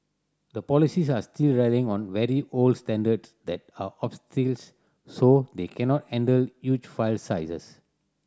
the polices are still relying on very old standards that are so they cannot handle huge file sizes